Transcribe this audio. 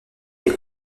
été